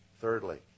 thirdly